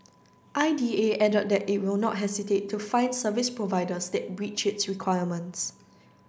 I D A added that it will not hesitate to fine service providers that breach its requirements